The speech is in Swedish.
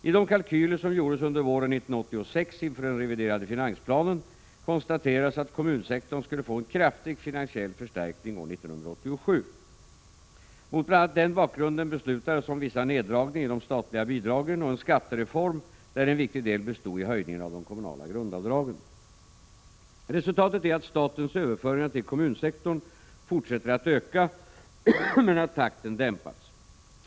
I de kalkyler som gjordes under våren 1986 inför den reviderade finansplanen konstaterades att kommunsektorn skulle få en kraftig finansiell förstärkning 1987. Mot bl.a. den bakgrunden beslutades om vissa neddragningar i de statliga bidragen och en skattereform där en viktig del bestod i höjningen av de kommunala grundavdragen. Resultatet är att statens överföringar till kommunsektorn fortsätter att öka men att takten dämpats.